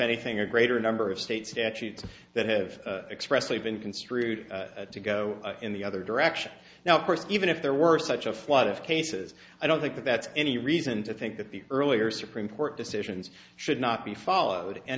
anything a greater number of state statutes that have expressly been construed to go in the other direction now even if there were such a flood of cases i don't think that's any reason to think that the earlier supreme court decisions should not be followed and